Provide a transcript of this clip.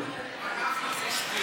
אנחנו חושבים,